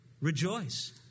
Rejoice